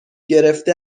گرفته